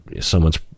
someone's